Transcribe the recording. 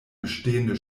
bestehende